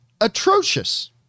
atrocious